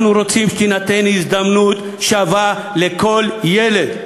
אנחנו רוצים שתינתן הזדמנות שווה לכל ילד,